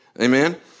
Amen